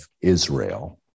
Israel